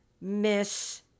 miss